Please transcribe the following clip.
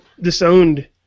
disowned